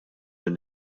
lin